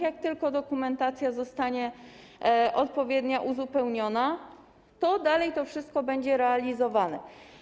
Jak tylko dokumentacja zostanie odpowiednio uzupełniona, dalej to wszystko będzie realizowane.